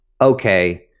okay